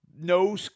No